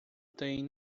tem